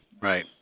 Right